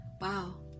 wow